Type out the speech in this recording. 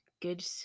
good